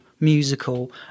Musical